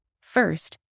First